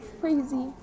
crazy